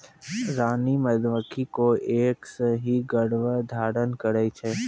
रानी मधुमक्खी कोय एक सें ही गर्भाधान करै छै